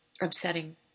upsetting